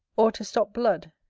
or to stop blood,